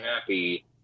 happy